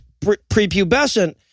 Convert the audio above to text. prepubescent